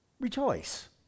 rejoice